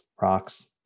rocks